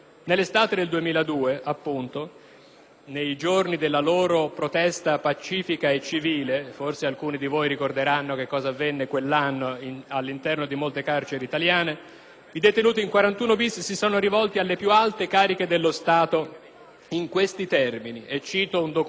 «nei giorni della loro "protesta pacifica e civile",» - e forse alcuni di voi ricorderanno cosa avvenne quell'anno all'interno di molte carceri italiane - «i detenuti in 41 bis si sono rivolti alle più alte cariche dello Stato, in questi termini:» e qui cito un documento che fu fatto circolare allora: